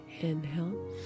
Inhale